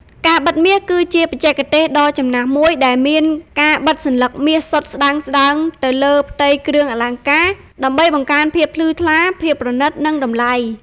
ការបិតមាស គឺជាបច្ចេកទេសដ៏ចំណាស់មួយដែលមានការបិតសន្លឹកមាសសុទ្ធស្តើងៗទៅលើផ្ទៃគ្រឿងអលង្ការ ដើម្បីបង្កើនភាពភ្លឺថ្លា ភាពប្រណីត និងតម្លៃ។